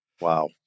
Wow